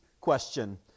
question